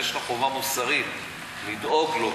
ויש לך חובה מוסרית לדאוג לו,